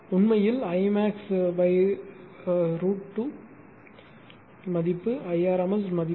உண்மையில் I max √2 மதிப்பு I rms மதிப்பு